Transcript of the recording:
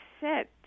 sit